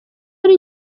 ari